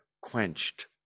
quenched